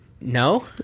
no